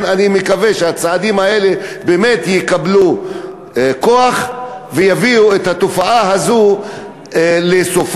לכן אני מקווה שהצעדים האלה באמת יקבלו כוח ויביאו את התופעה הזו לסופה,